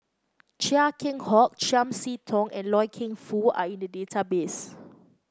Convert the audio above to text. Chia Keng Hock Chiam See Tong and Loy Keng Foo are in the database